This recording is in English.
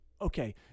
okay